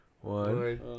One